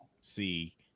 see